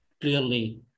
clearly